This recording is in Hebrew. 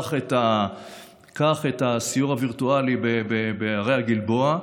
קח את הסיור הווירטואלי בהרי הגלבוע,